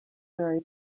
very